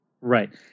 Right